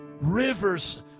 rivers